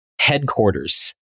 headquarters